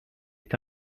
est